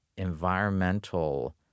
environmental